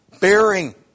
bearing